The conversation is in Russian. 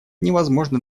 невозможно